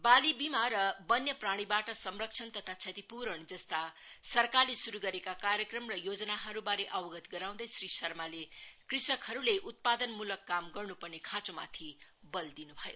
बाली बीमा र वन्यप्राणीबाट संरक्षण तथा क्षतिपूरण जस्ता सरकारले शुरू गरेका कार्यक्रम र योजनाहरूबारे अवगत गराउँदै श्री शर्माले कृषकहरूले उत्पादनमूलक काम गर्नु पर्ने खाँचोमाथि बल दिनु भयो